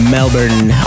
Melbourne